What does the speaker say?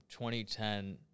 2010